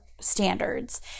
standards